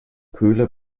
köhler